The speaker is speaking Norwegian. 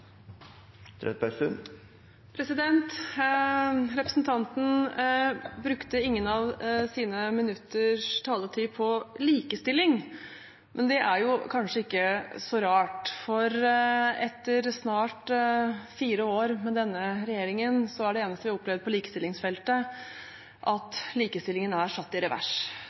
kanskje ikke så rart, for etter snart fire år med denne regjeringen er det eneste vi har opplevd på likestillingsfeltet, at likestillingen er satt i revers.